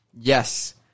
Yes